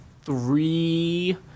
three